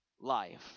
life